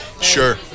Sure